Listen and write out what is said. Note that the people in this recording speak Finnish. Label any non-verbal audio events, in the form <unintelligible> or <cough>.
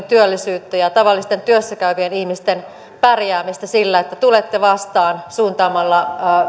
<unintelligible> työllisyyttä ja tavallisten työssä käyvien ihmisten pärjäämistä sillä että tulette vastaan suuntaamalla